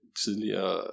tidligere